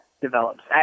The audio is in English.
develops